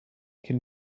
can